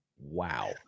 Wow